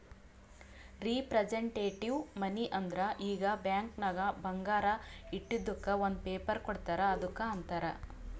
representative money ಅಂದುರ್ ಈಗ bank ನಾಗ್ ಬಂಗಾರ ಇಟ್ಟಿದುಕ್ ಒಂದ್ ಪೇಪರ್ ಕೋಡ್ತಾರ್ ಅದ್ದುಕ್ ಅಂತಾರ್